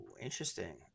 interesting